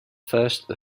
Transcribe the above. first